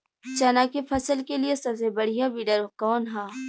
चना के फसल के लिए बढ़ियां विडर कवन ह?